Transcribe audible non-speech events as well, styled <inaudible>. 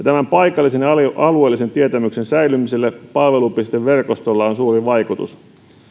<unintelligible> tämän paikallisen ja alueellisen tietämyksen säilymiselle palvelupisteverkostolla on suuri vaikutus